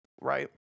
right